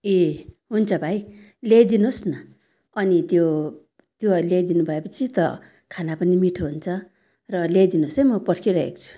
ए हुन्छ भाइ ल्याइदिनुहोस् न अनि त्यो त्यो ल्याइदिनु भएपछि त खाना पनि मिठो हुन्छ र ल्याइदिनुहोस् है म पर्खिरहेको छु